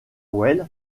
wells